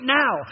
now